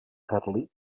carlí